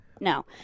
no